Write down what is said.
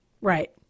Right